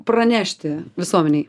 pranešti visuomenei